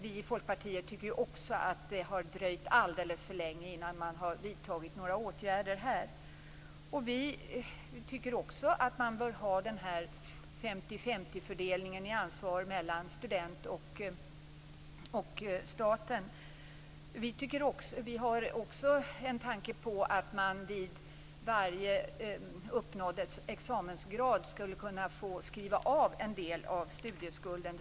Vi i Folkpartiet tycker också att det har dröjt alldeles för länge innan man har vidtagit åtgärder här. Vi tycker också att man bör ha 50/50 fördelningen i ansvar mellan studenten och staten. Vi har även en tanke på att man vid varje uppnådd examensgrad skulle kunna få skriva av en del av studieskulden.